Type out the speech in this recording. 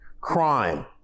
crime